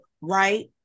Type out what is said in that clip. right